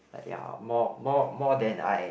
like ya more more more than I